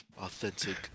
Authentic